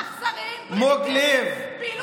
אכזריים, פרימיטיביים.